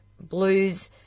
blues